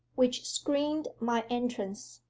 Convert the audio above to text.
which screened my entrance.